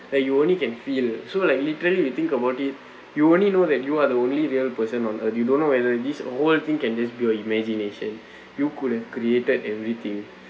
like you only can feel so like literally you think about it you only know that you are the only real person on earth you don't know whether this whole thing can just be your imagination you could have created everything